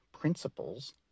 principles